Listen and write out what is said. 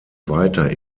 weiter